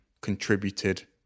contributed